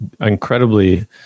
incredibly